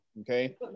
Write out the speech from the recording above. okay